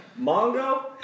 Mongo